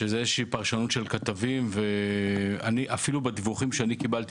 שזו איזו שהיא פרשנות של כתבים ואפילו בדיווחים שקיבלתי